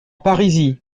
parisis